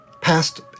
past